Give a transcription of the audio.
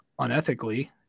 unethically